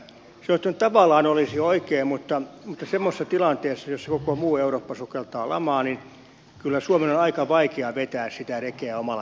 se tavallaan olisi oikein mutta semmoisessa tilanteessa jossa koko muu eurooppa sukeltaa lamaan kyllä suomen on aika vaikea vetää sitä rekeä omalla velanotollaan